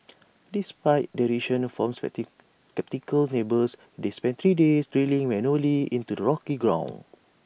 despite derision the from sceptical neighbours they spent three days drilling manually into the rocky ground